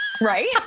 Right